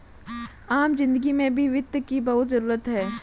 आम जिन्दगी में भी वित्त की बहुत जरूरत है